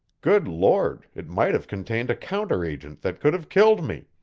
good lord, it might have contained a counteragent that could have killed me!